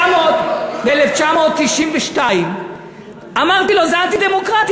ב-1992 אמרתי לו: זה אנטי-דמוקרטי,